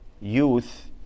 youth